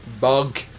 bug